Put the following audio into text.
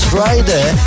Friday